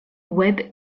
web